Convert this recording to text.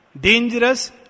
Dangerous